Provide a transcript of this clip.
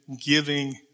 giving